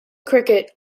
cricket